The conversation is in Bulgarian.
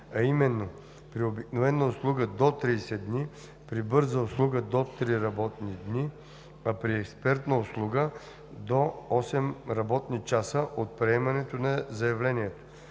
а именно при обикновена услуга – до 30 дни, при бърза услуга – до три работни дни, а при експресна услуга – до осем работни часа от приемането на заявлението.